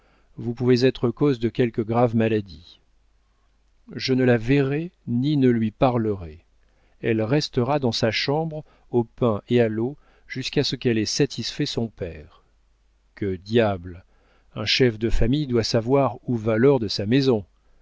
vous pouvez être cause de quelque grave maladie je ne la verrai ni ne lui parlerai elle restera dans sa chambre au pain et à l'eau jusqu'à ce qu'elle ait satisfait son père que diable un chef de famille doit savoir où va l'or de sa maison